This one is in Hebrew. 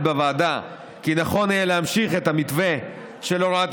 בוועדה כי נכון יהיה להמשיך את המתווה של הוראת